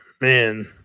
Man